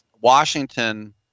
Washington